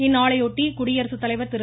இந்நாளையொட்டி குடியரசு தலைவர் திரு